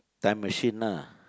time machine lah